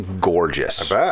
gorgeous